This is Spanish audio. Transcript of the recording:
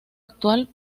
actual